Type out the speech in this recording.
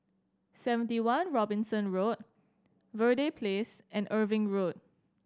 Seventy One Robinson Road Verde Place and Irving Road